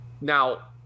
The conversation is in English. Now